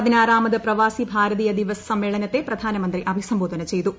പതിനാറാമത് പ്രവാസി ഭാരതീയ ദിവസ് സമ്മേളനത്തെ പ്രധാനമന്ത്രി അഭിസംബോധന ചെയ്ത്തു